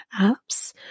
apps